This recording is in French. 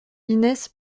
inès